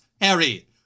Harry